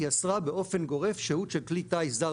היא אשרה באופן גורף שהות של כלי טיס זר